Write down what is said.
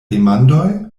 demandoj